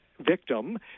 victim